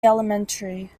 elementary